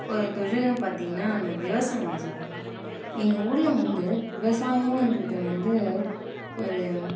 ஒரு தொழில்னு பாரத்தீங்கன்னா விவசாயம் சார் எங்கள் ஊரில் வந்து விவசாயம்ன்றது வந்து ஒரு